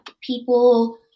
people